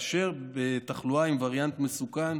תחלואה עם וריאנט מסוכן.